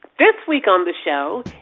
this week on the show,